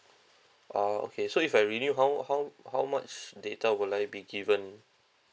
ah okay so if I renew how how how much data would I be given